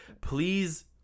Please